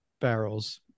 barrels